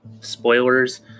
spoilers